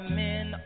men